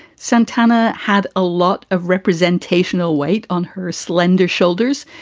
santana had a lot of representational weight on her slender shoulders.